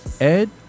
Ed